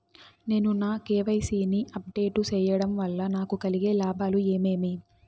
నేను నా కె.వై.సి ని అప్ డేట్ సేయడం వల్ల నాకు కలిగే లాభాలు ఏమేమీ?